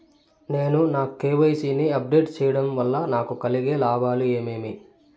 నేను నా కె.వై.సి ని అప్ డేట్ సేయడం వల్ల నాకు కలిగే లాభాలు ఏమేమీ?